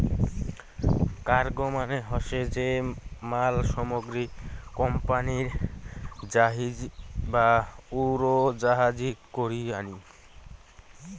cargo মানে হসে যে মাল সামগ্রী কোম্পানিরা জাহাজী বা উড়োজাহাজী করি আনি